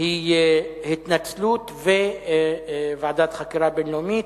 היא התנצלות וועדת חקירה בין-לאומית,